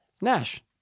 nash